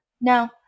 No